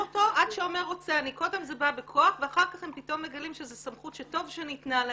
קודם זה בא בכוח ואחר כך הם פתאום מגלים שזו סמכות שטוב שניתנה להם,